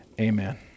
Amen